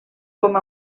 com